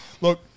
Look